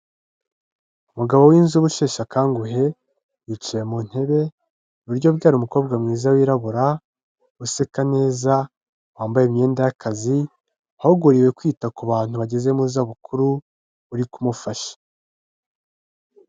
Umugabo w'inzobe usheshe akanguhe, yicaye mu ntebe, iburyo bwe hari umukobwa mwiza wirabura, useka neza, wambaye imyenda y'akazi, wahuguriwe kwita ku bantu bageze mu za bukuru, uri kumufasha.